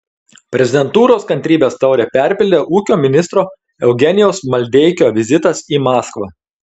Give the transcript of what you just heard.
prezidentūros kantrybės taurę perpildė ūkio ministro eugenijaus maldeikio vizitas į maskvą